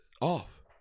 off